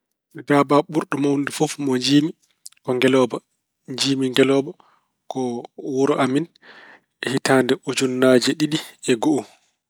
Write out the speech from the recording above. Daabaa ɓurɗo mawɗude fof mo njiymi ko ngeelooba. Njiymi ngeelooba ko wuro amin e hitaande ujunnaaje ɗiɗi e go'o.